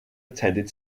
attended